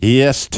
yes